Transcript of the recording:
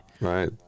Right